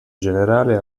generale